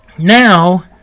now